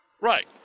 Right